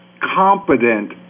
competent